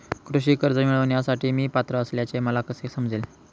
कृषी कर्ज मिळविण्यासाठी मी पात्र असल्याचे मला कसे समजेल?